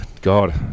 god